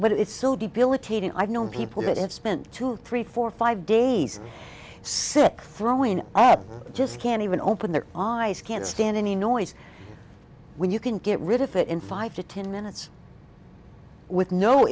in i've known people that have spent two three four five days six throwing up just can't even open their eyes can't stand any noise when you can get rid of it in five to ten minutes with no